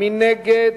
מי נגד?